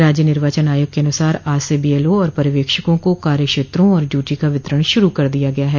राज्य निर्वाचन आयोग के अनुसार आज से बीएलओ और पर्यवेक्षकों को कार्य क्षेत्रों और ड्यूटी का वितरण शुरू हो गया है